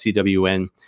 CWN